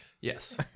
Yes